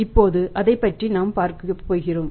இப்போது அதைப் பற்றி பார்க்க போகிறோம்